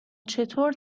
چطور